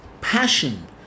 passion